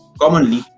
commonly